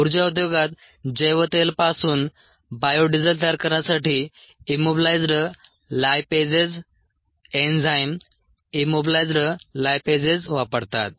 ऊर्जा उद्योगात जैव तेलापासून बायो डिझेल तयार करण्यासाठी immobilized lipases enzyme immobilized lipases वापरतात